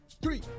three